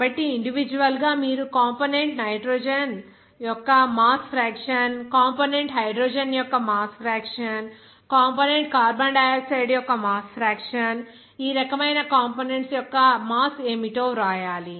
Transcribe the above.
కాబట్టి ఇండివిడ్యువల్ గా మీరు కంపోనెంట్ నైట్రోజన్ యొక్క మాస్ ఫ్రాక్షన్ కంపోనెంట్ హైడ్రోజన్ యొక్క mass fraction component carbon dioxide యొక్క మాస్ ఫ్రాక్షన్ ఈ రకమైన కంపోనెంట్స్ యొక్క మాస్ ఏమిటో వ్రాయాలి